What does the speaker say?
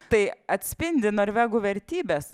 tai atspindi norvegų vertybes